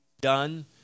done